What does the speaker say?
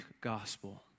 gospel